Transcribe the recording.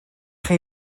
chi